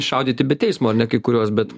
šaudyti be teismo ar ne kai kuriuos bet